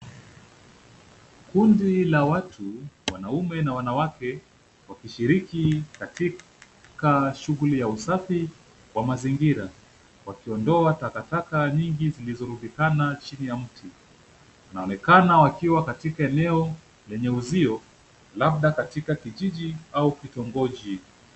Kundi la watu, wanaume na wanawake wameshiriki katika shughuli ya usafi wa mazingira, wakiondoa takataka nyingi zilizorundikana chini ya mti. Wanaonekana wakiwa katika eneo lenye uzio, labda katika kijiji au kitongoji.